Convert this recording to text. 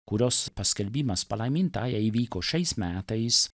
kurios paskelbimas palaimintąja įvyko šiais metais